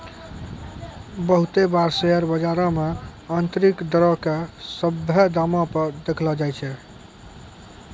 बहुते बार शेयर बजारो मे आन्तरिक दरो के सभ्भे दामो पे देखैलो जाय छै